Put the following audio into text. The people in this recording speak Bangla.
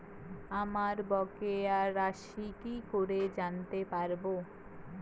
আমার বকেয়া রাশি কি করে জানতে পারবো?